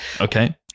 Okay